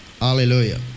Hallelujah